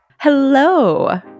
Hello